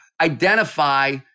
identify